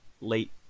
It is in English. late